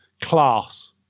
class